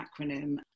acronym